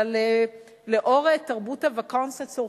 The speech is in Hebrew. אבל לאור תרבות ה-vacances הצרפתית,